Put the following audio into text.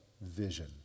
vision